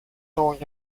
door